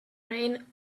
rain